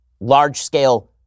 large-scale